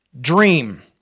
dream